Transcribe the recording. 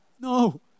no